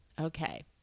Okay